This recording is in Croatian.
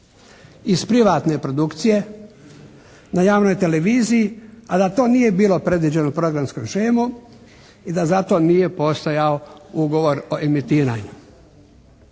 iz privatne produkcije na javnoj televiziji a da to nije bilo predviđeno programskom shemom i da zato nije postojao ugovor o emitiranju.